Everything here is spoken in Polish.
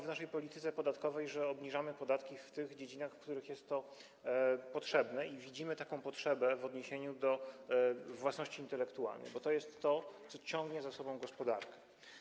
W naszej polityce podatkowej zakładamy, że obniżamy podatki w tych dziedzinach, w których jest to potrzebne, i widzimy taką potrzebę w odniesieniu do własności intelektualnej, bo to jest coś, co ciągnie za sobą gospodarkę.